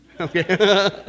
Okay